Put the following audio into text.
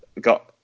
got